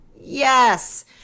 yes